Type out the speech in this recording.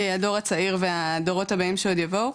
הדור הצעיר והדורות העתידיים שעוד יבואו.